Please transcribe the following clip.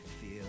feel